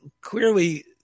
clearly